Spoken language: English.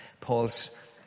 Paul's